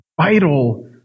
vital